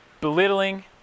Belittling